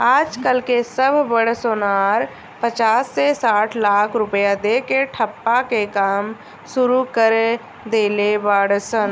आज कल के सब बड़ सोनार पचास से साठ लाख रुपया दे के ठप्पा के काम सुरू कर देले बाड़ सन